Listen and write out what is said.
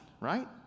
right